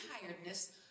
tiredness